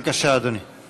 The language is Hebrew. בבקשה, אדוני.